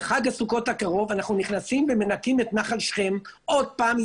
בחג סוכות הקרוב אנחנו נכנסים ומנקים את נחל שכם עוד פעם,